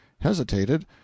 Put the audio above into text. hesitated